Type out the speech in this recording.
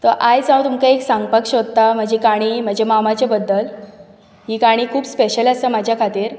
तर आयज हांव तुमकां एक सांगपाक सोदतां म्हजी काणी म्हजे मामाचे बद्दल ही काणी खूब स्पेशल आसा म्हज्या खातीर